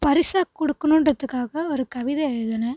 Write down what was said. பரிசாக கொடுக்கணும்ங்குறதுக்காக ஒரு கவிதை எழுதினேன்